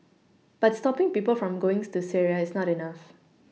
but stopPing people from going to Syria is not enough